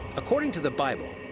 according to the bible,